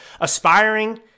aspiring